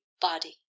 body